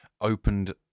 opened